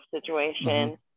situation